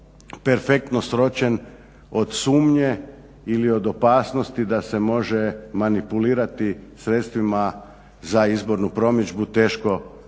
perfektno sročen od sumnje ili od opasnosti da se može manipulirati sredstvima za izbornu promidžbu, teško da